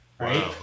right